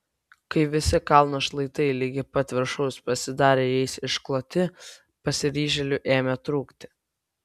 kai visi kalno šlaitai ligi pat viršaus pasidarė jais iškloti pasiryžėlių ėmė trūkti